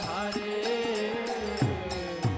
Hare